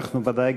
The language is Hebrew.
אנחנו ודאי,